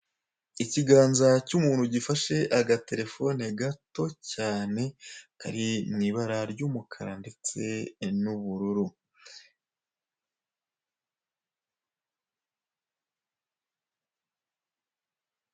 Akazu gacururizwamo gatangirwamo serivise z'itumanaho kari mu ibara ry'umutuku ikirangantego cya eyeteri ndetse ahatangirwa serivise z'itumanaho.